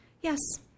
Yes